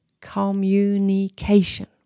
Communication